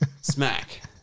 Smack